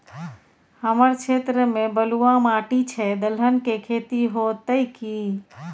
हमर क्षेत्र में बलुआ माटी छै, दलहन के खेती होतै कि?